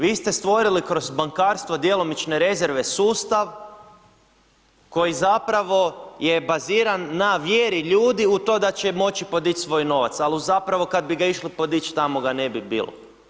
Vi ste stvorili kroz bankarstvo djelomične rezerve sustav koji zapravo je baziran na vjeri ljudi u to da će moći podići svoj novac, al u zapravo kad bi ga išli podić, tamo ga ne bi bilo.